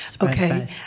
Okay